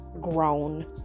grown